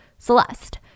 Celeste